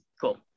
cool